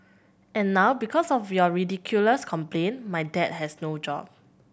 and now because of your ridiculous complaint my dad has no job